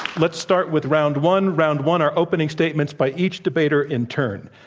let's start with round one. round one are opening statements by each debater in turn.